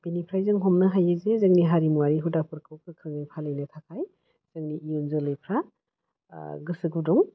बिनिफ्राय जों हमनो हायो जे जोंनि हारिमुवारि हुदाफोरखौ गोख्रोङै फालिनो थाखाय जोंनि इयुन जोलैफ्रा गोसो गुदुं